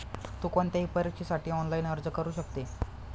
तु कोणत्याही परीक्षेसाठी ऑनलाइन अर्ज करू शकते